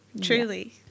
truly